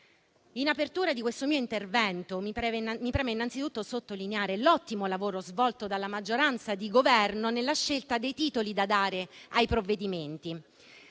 In apertura di questo mio intervento mi preme innanzitutto sottolineare l'ottimo lavoro svolto dalla maggioranza di Governo nella scelta dei titoli da dare ai provvedimenti,